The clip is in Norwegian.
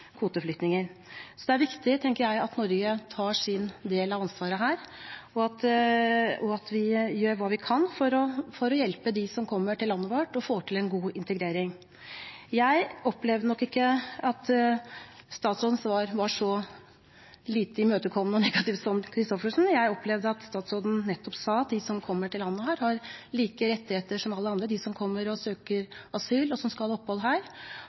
kvoteflyktninger. Det er viktig, tenker jeg, at Norge tar sin del av ansvaret her og at vi gjør hva vi kan for å hjelpe dem som kommer til landet vårt og at vi får til en god integrering. Jeg opplevde ikke at statsrådens svar var så lite imøtekommende og negativt som Christoffersen gjorde. Jeg opplevde at statsråden nettopp sa at de som kommer til landet har like rettigheter som alle andre som kommer og søker asyl og skal ha opphold her,